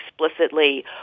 explicitly